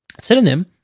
Synonym